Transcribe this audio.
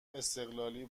استقلالی